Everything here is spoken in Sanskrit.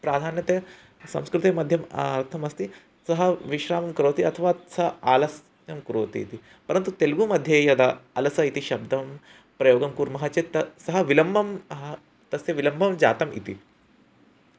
प्राधान्यतया संस्कृते मध्यम् अर्थमस्ति सः विश्रामं करोति अथवा सः आलस्यं करोति इति परन्तु तेलुगुमध्ये यदा अलसः इति शब्दं प्रयोगं कुर्मः चेत् सः विलम्बः ह तस्य विलम्बः जातः इति